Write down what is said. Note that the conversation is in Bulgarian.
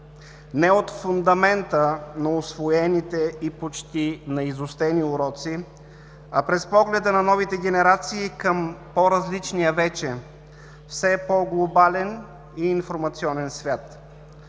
не от фундамента на усвоените и почти наизустени уроци, а през погледа на новите генерации към по-различния, вече все по-глобален и информационен свят?